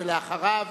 אחריו,